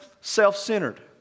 self-centered